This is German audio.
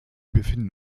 befinden